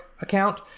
account